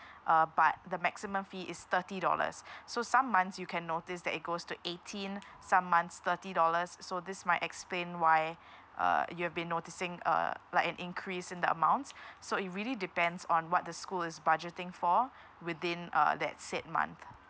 uh but the maximum fee is thirty dollars so some months you can notice that it goes to eighteen some months thirty dollars so this might explain why uh you have been noticing uh like an increase in the amount so it really depends on what the school is budgeting for within uh that said month